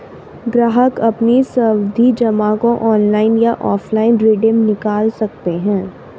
ग्राहक अपनी सावधि जमा को ऑनलाइन या ऑफलाइन रिडीम निकाल सकते है